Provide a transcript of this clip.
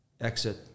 exit